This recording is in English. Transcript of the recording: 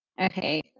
okay